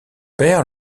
père